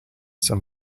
some